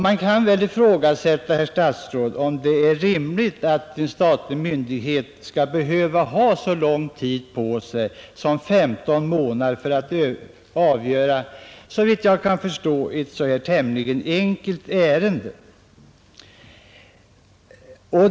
Man kan ifrågasätta, herr statsråd, om det är rimligt att en statlig myndighet skall behöva ha så lång tid på sig som femton månader för att avgöra ett sådant här — såvitt jag kan förstå tämligen enkelt — ärende.